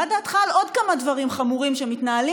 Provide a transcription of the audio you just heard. מה דעתך על עוד כמה דברים חמורים שמתנהלים